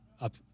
up